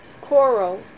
Coro